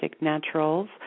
Naturals